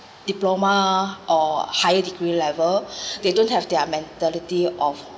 diploma or higher degree level they don't have their mentality of